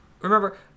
remember